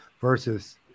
versus